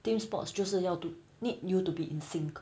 team sports 就是要 to need you to be in sync